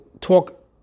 talk